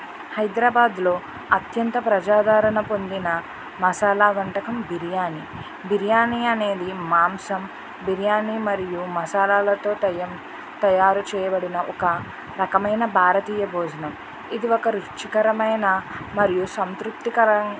హైదరాబాద్లో అత్యంత ప్రజాదరణ పొందిన మసాల వంటకం బిర్యానీ బిర్యానీ అనేది మాంసం బిర్యానీ మరియు మసాలలతో తయా తయారు చేయబడిన ఒక రకమైన భారతీయ భోజనం ఇది ఒక రుచికరమైన మరియు సంతృప్తికర